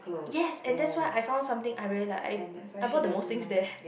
yes and that's why I found something I really like I I bought the most things there